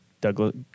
douglas